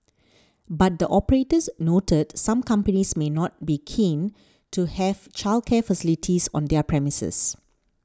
but the operators noted some companies may not be keen to have childcare facilities on their premises